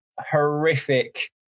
horrific